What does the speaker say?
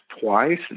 twice